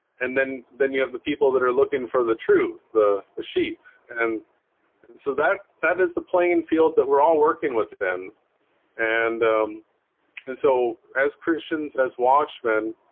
and then then you have the people that are looking for the truth the ah sheep and so that that is the playing field that we're all working within and and so as christians as watchmen